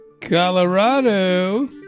Colorado